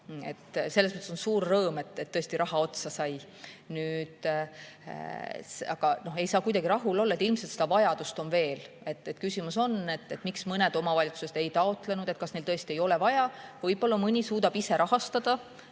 on. Selles mõttes on tõesti suur rõõm, et see raha otsa sai. Aga ei saa kuidagi rahul olla, et ilmselt seda vajadust on veel. Küsimus on, miks mõned omavalitsused ei taotlenud. Kas neil tõesti ei ole vaja? Võib-olla mõni suudab ise rahastada